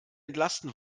entlasten